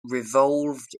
revolved